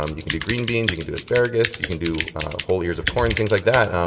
um you can do green beans, you can do asparagus, you can do whole ears of corn, things like that.